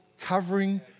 covering